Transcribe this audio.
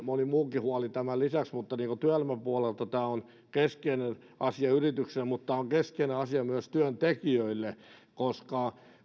moni muukin huoli tämän lisäksi työelämän puolelta tämä on keskeinen asia yrityksille mutta tämä on keskeinen asia myöskin työntekijöille koska